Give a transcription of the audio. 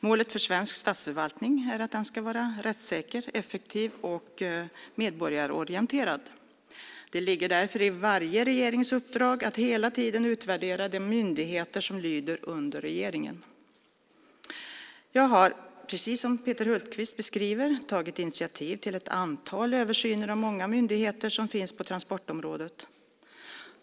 Målet för svensk statsförvaltning är att den ska vara rättssäker, effektiv och medborgarorienterad. Det ligger därför i varje regerings uppdrag att hela tiden utvärdera de myndigheter som lyder under regeringen. Jag har, precis som Peter Hultqvist beskriver, tagit initiativ till ett antal översyner av de många myndigheter som finns på transportområdet.